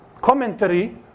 commentary